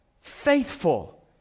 Faithful